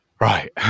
right